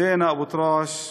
זינה אבו טראש,